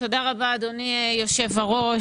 תודה רבה אדוני היושב-ראש,